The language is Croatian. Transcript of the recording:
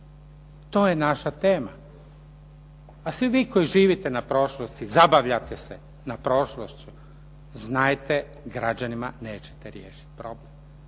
To je naša tema. A svi vi koji živite na prošlosti, zabavljate se na prošlosti znajte građanima nećete riješiti problem.